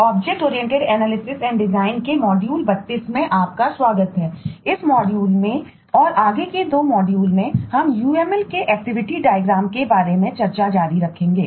object oriented analysis and डिजाइनके बारे में चर्चा जारी रखेंगे